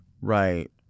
Right